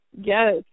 Yes